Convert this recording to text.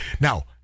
now